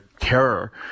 terror